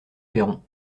perron